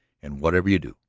and, whatever you do,